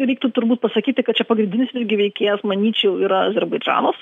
reiktų turbūt pasakyti kad čia pagrindinis vis gi veikėjas manyčiau yra azerbaidžanas